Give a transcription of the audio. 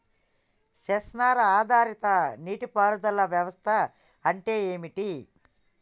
Censor ఆధారిత నీటి పారుదల వ్యవస్థ అంటే ఏమిటి?